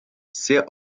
sehr